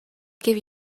give